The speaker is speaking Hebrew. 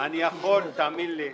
--- אני יכול, תאמין לי,